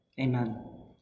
Amen